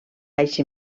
així